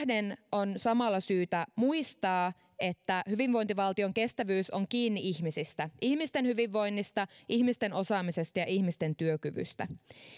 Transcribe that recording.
on samalla syytä muistaa että hyvinvointivaltion kestävyys on kiinni ihmisistä ihmisten hyvinvoinnista ihmisten osaamisesta ja ihmisten työkyvystä